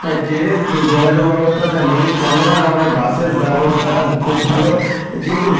হ্যাঁ ট্রেনের যোগাযোগ ব্যবস্থাটা নেই চন্দ্রকোনা টাউনে বাসের ব্যবস্থাটাও খুব ভালো কিন্তু